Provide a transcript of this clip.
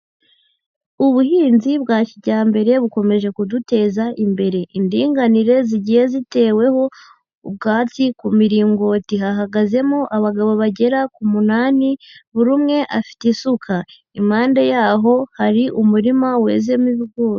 Ubuhinzi bwa kijyambere bukomeje kuduteza imbere, indinganire zigiye ziteweho ubwatsi ku miringoti hahagazemo abagabo bagera ku munani buri umwe afite isuka, impande yaho hari umurima wezemo ibigori.